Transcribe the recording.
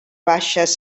baixes